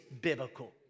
biblical